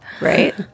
Right